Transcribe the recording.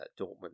Dortmund